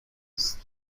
است